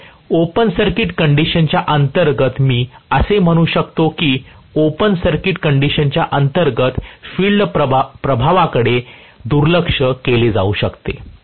तर open circuit कंडिशनच्या अंतर्गत मी असे म्हणू शकतो की ओपन सर्किट कंडिशनच्या अंतर्गत फील्ड प्रभावाकडे कडे दुर्लक्ष केले जाऊ शकते